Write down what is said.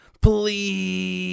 Please